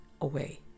away